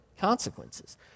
consequences